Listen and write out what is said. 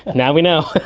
and now we know.